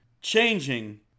changing